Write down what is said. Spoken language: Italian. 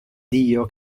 dio